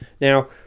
Now